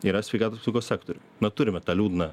yra sveikatos sektoriuj na turime tą liūdną